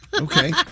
Okay